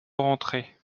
rentrer